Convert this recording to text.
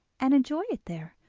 and enjoy it there,